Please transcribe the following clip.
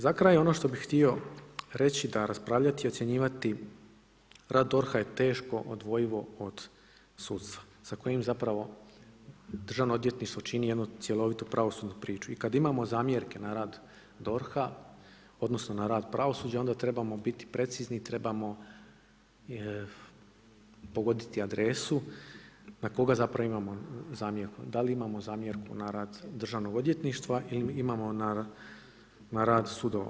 Za kraj ono što bih htio reći da raspravljati i ocjenjivati rad DORH-a je teško odvojivo od sudstva sa kojim državno odvjetništvo čini jednu cjelovitu pravosudnu priču i kad imamo zamjerke na rad DORH-a, odnosno na rad pravosuđa, onda trebamo biti precizni, trebamo pogoditi adresu na koga zapravo imamo zamjerku, da li imamo zamjerku na rad državnog odvjetništva ili imamo na rad sudova.